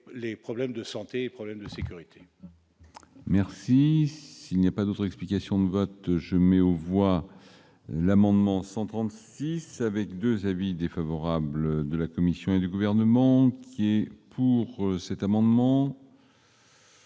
les problèmes de santé et de sécurité